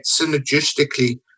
synergistically